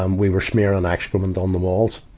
um we were smearing excrement on the walls.